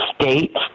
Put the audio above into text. state